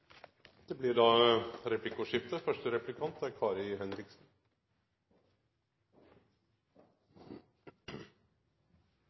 Det blir replikkordskifte. SV er